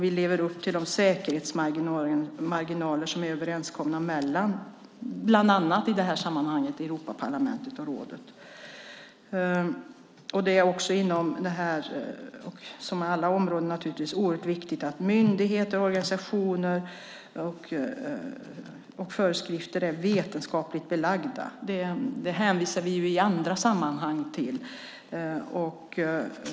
Vi lever upp till de säkerhetsmarginaler som är överenskomna mellan Europaparlamentet och rådet. Det är som inom alla områden viktigt för myndigheter och organisationer att föreskrifter är vetenskapligt belagda. Det hänvisar vi till i andra sammanhang.